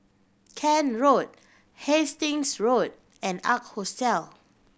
Kent Road Hastings Road and Ark Hostel